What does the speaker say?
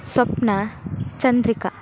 Swapna Chandrika